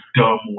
dumb